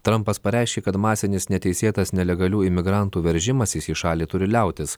trumpas pareiškė kad masinis neteisėtas nelegalių imigrantų veržimasis į šalį turi liautis